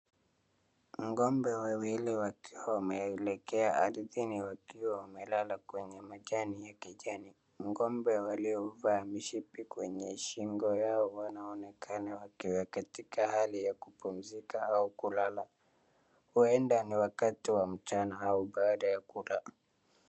Ng'ombe wawili wakiwa wameelekea ardhini wakiwa wamelala kwenye majani ya kijani. Ng'ombe waliovaa mishipi kwenye shingo yao. Wanaonekana wakiwa katika hali ya kupumzika au kulala. Huenda ni wakati wa mchana au baada ya kula.